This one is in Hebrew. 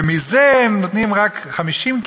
ומזה הם נותנים רק 50%,